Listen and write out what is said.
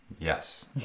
yes